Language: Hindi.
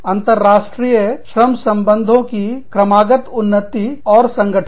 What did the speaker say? अंतर्राष्ट्रीय श्रम संबंधों की क्रमागत उन्नति और संगठन